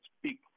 speak